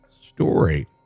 story